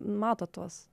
mato tuos